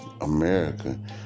America